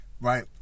Right